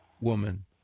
woman